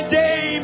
day